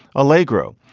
allegro.